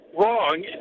wrong